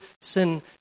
sin